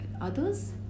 Others